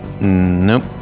nope